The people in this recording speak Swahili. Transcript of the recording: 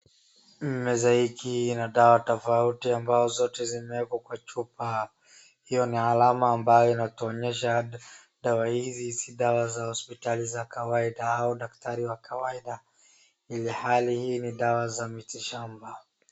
Meza hiki ina dawa tofauti ambao zote zimewekwa katika chupa, hio ni alama ambayo inatuonyesha dawa hizi si dawa za hospitali za kawaida au daktari wa kawaida, ilhali ni dawa za mitishamba.